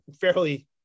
fairly